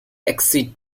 exceed